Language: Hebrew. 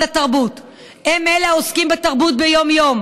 התרבות הם העוסקים בתרבות ביום-יום,